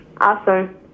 Awesome